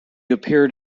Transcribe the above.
appeared